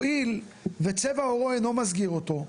הואיל וצבע עורו אינו מסגיר אותו,